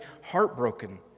heartbroken